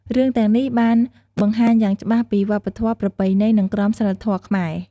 រឿងទាំងនេះបានបង្ហាញយ៉ាងច្បាស់ពីវប្បធម៌ ប្រពៃណី និងក្រមសីលធម៌ខ្មែរ។